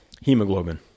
hemoglobin